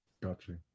gotcha